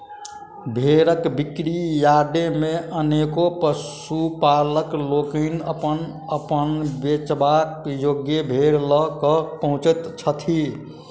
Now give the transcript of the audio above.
भेंड़ बिक्री यार्ड मे अनेको पशुपालक लोकनि अपन अपन बेचबा योग्य भेंड़ ल क पहुँचैत छथि